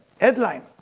headline